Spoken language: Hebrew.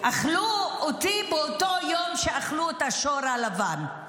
אכלו אותי באותו יום שאכלו את השור הלבן.